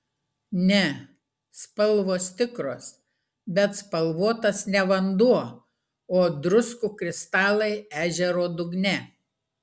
ne spalvos tikros bet spalvotas ne vanduo o druskų kristalai ežero dugne